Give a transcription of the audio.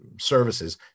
services